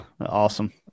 awesome